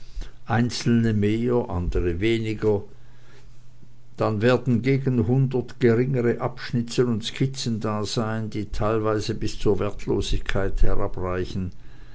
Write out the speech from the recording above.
einzelne mehr andere weniger dann werden gegen hundert geringere abschnitzel und skizzen dasein die teilweise bis zur wertlosigkeit